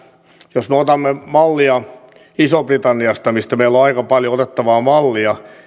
jos otamme mallia isosta britanniasta mistä meillä on on aika paljon otettavaa mallia